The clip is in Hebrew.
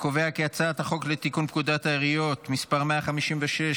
חוק לתיקון פקודת העיריות (מס' 156,